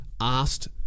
asked